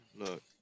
Look